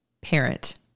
parent